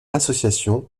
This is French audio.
association